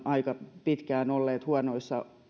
aika pitkään olleet huonoissa